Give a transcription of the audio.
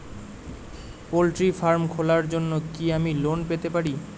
Poultry farm খোলার জন্য কি আমি লোন পেতে পারি?